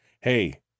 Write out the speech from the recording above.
Hey